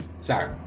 Sorry